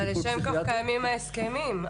אבל לשם כך קיימים ההסכמים.